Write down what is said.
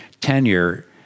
tenure